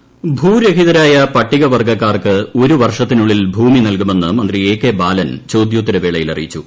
ബാലൻ ഭൂരഹിതരായ പട്ടികവർഗക്കാർക്ക് ഒരു വർഷത്തിനുള്ളിൽ ഭൂമി നൽകുമെന്ന് മന്ത്രി ഏപ്ടക്ക്ബാലൻ ചോദ്യോത്തരവേളയിൽ അറിയിച്ചു